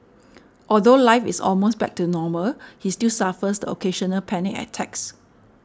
although life is almost back to normal he still suffers occasional panic attacks